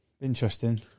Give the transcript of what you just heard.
interesting